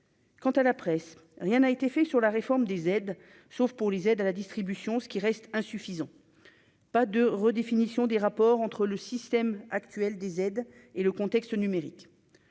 quant à la presse, rien n'a été fait sur la réforme des aides, sauf pour les aides à la distribution, ce qui reste insuffisant, pas de redéfinition des rapports entre le système actuel des aides et le contexte numérique,